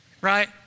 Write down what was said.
right